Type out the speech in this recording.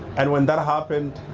and when that happened,